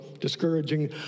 discouraging